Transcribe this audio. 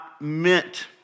meant